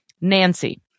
Nancy